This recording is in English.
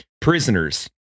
prisoners